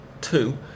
two